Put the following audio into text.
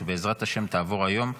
שבעזרת השם תעבור היום,